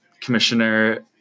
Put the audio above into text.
Commissioner